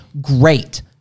great